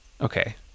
Okay